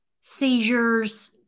seizures